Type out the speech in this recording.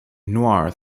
noir